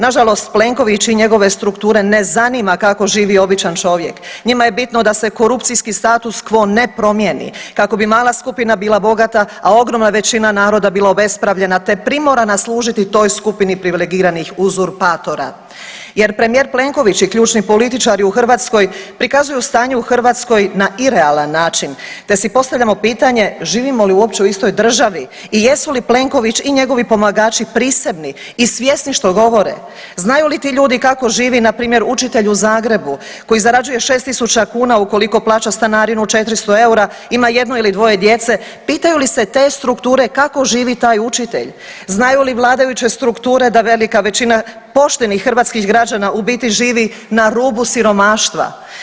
Nažalost, Plenković i njegove strukture ne zanima kako živi običan čovjek, njima je bitno da se korupcijski status quo ne promijeni kako bi mala skupina bila bogata, a ogromna većina naroda bila obespravljena, te primorana služiti toj skupini privilegiranih uzurpatora jer premijer Plenković i ključni političari u Hrvatskoj prikazuju stanje u Hrvatskoj na irealan način da si postavljamo pitanje živimo li uopće u istoj državi i jesu li Plenković i njegovi pomagači prisebni i svjesni što govore, znaju li ti ljudi kako živi npr. učitelj u Zagrebu koji zarađuje 6 tisuća kuna, ukoliko plaća stanarinu 400 eura, ima jedno ili dvoje djece, pitaju li se te strukture kako živi taj učitelj, znaju li vladajuće strukture da velika većina poštenih hrvatskih građana u biti živi na rubu siromaštva.